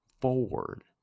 forward